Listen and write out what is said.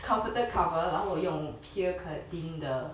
comforter cover 然后我用 pierre cardin 的